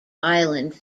island